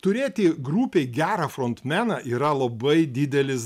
turėti grupei gerą frontmeną yra labai didelis